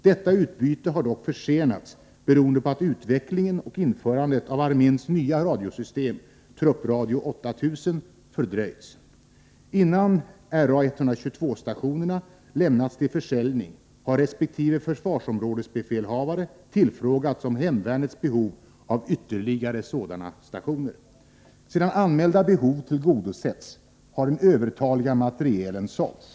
Detta utbyte har dock försenats beroende på att utvecklingen och införandet av arméns nya radiosystem — truppradio 8000 — fördröjts. Innan Ra 122-stationerna lämnats till försäljning har resp. försvarsområdesbefälhavare tillfrågats om hemvärnets behov av ytterligare sådana stationer. Sedan anmälda behov tillgodosetts har den övertaliga materielen sålts.